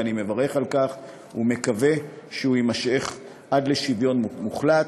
ואני מברך על כך ומקווה שיימשך עד לשוויון מוחלט.